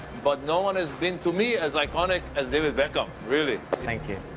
but no one has been to me as iconic as david beckham, really. thank you.